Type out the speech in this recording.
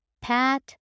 Pat